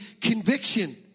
conviction